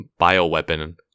bioweapon